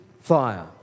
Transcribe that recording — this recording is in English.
fire